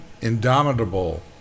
indomitable